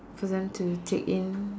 for them to take in